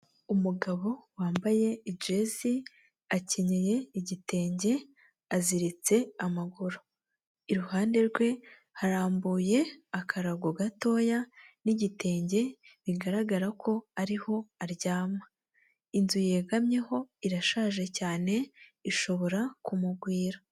Umugabo wambaye ijezi, akenyeye igitenge, aziritse amaguru. Iruhande rwe, harambuye akarago gatoya n'igitenge, bigaragara ko ariho aryama. Inzu yegamyeho irashaje cyane, ishobora kumugwira.